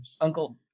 uncle